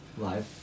live